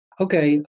Okay